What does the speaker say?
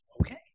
Okay